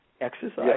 Exercise